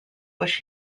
which